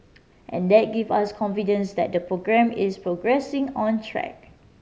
and that give us confidence that the programme is progressing on track